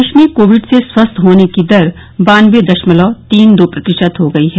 देश में कोविड से स्वस्थ होने की दर बानबे दशमलव तीन दो प्रतिशत हो गई है